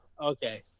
okay